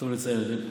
טוב לציין את זה.